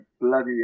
bloody